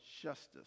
justice